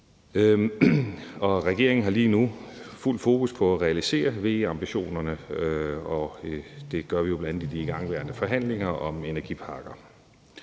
Regeringen har lige nu fuldt fokus på at realisere VE-ambitionerne, og det gør vi jo bl.a. i de igangværende forhandlinger om energiparker.